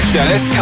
Dennis